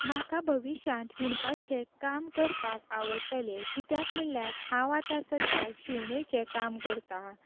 म्हाका भविश्यांत विणपाचें काम करपाक आवडटलें कित्याक म्हणल्यार हांव आतां सद्द्याक शिवणेचें काम करता